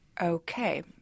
Okay